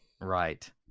Right